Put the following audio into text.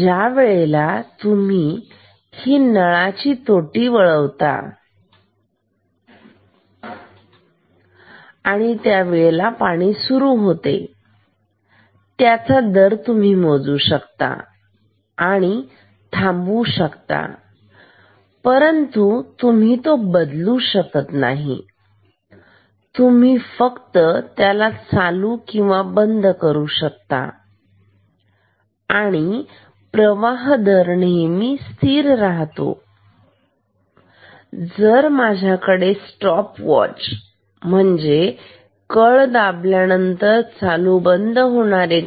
ज्या वेळेला तुम्ही नळाची तोटी वळवता आणि पाणी सुरू होते त्याचा दर तुम्ही मोजू शकता आणि थांबवू शकता परंतु तुम्ही तो बदलू शकत नाही तुम्ही फक्त त्याला चालू किंवा बंद करू शकता आणि प्रवाह दर हा नेहमी स्थिर राहतो जर माझ्याकडे स्टॉपवॉच म्हणजे कळ दाबल्यानंतर चालू बंद होणारे